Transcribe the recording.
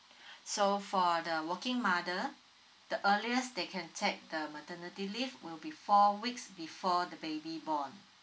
so for the working mother the earliest they can take the maternity leave will be four weeks before the baby born